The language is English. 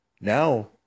Now